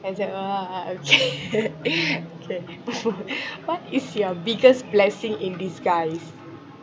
except for her ah okay okay what is your biggest blessing in disguise